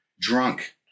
drunk